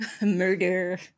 Murder